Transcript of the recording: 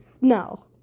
No